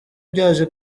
byaje